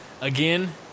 again